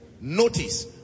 notice